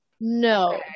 No